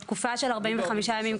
התקופה של 45 ימים,